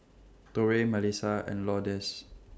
Torey Mellisa and Lourdes